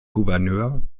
gouverneur